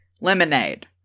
lemonade